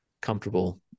comfortable